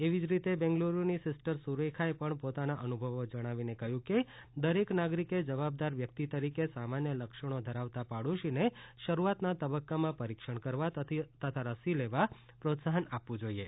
એવી જ રીતે બેંગલરૂની સીસ્ટર સુરેખાએ પણ પોતાના અનુભવો જણાવીને કહ્યું કે દરેક નાગરીકે જવાબદાર વ્યક્તિ તરીકે સામાન્ય લક્ષણો ધરાવતા પાડોશીને શરૂઆતના તબક્કામાં પરિક્ષણ કરવા તથા રસી લેવા પ્રોત્સાહન આપવું જોઇએ